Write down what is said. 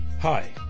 Hi